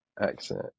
accent